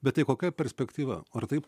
bet tai kokia perspektyva ar taip